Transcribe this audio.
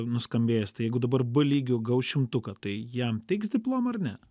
nuskambėjęs tai jeigu dabar b lygiu gaus šimtuką tai jam teiks diplomą ar ne